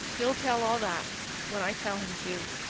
he'll tell all that when i tell him to,